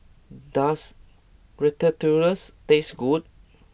does Ratatouille's taste good